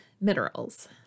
minerals